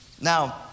Now